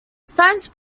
science